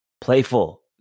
playful